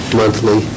monthly